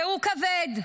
והוא כבד,